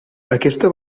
aquesta